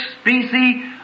species